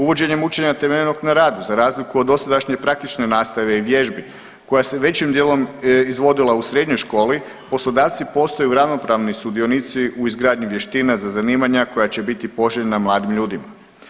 Uvođenjem učenja temeljenog na radu za razliku od dosadašnje praktične nastave i vježbi koja se većim dijelom izvodila u srednjoj školi, poslodavci postaju ravnopravni sudionici u izgradnji vještina za zanimanja koja će biti poželjna mladim ljudima.